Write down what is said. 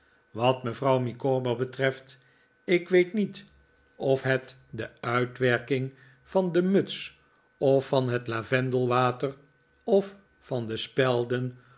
wat mevrouw micawber betreft ik weet niet of het de uitwerking van de muts of van het lavendelwater of van de spelden